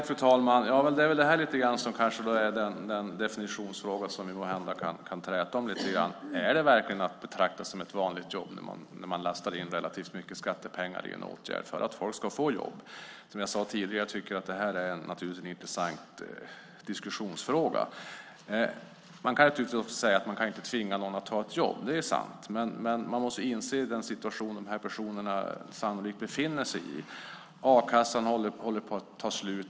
Fru talman! Det här är en definitionsfråga som vi måhända kan träta om lite grann. Är det verkligen att betrakta som ett vanligt jobb när man lastar in relativt mycket skattepengar i en åtgärd för att folk ska få jobb? Som jag sade tidigare tycker jag att det är en intressant diskussionsfråga. Naturligtvis kan inte någon tvingas att ta ett jobb, det är sant, men man måste inse vilken situation de här personerna sannolikt befinner sig i. A-kassan håller på att ta slut.